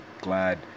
glad